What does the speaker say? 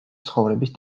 ცხოვრების